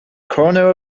corner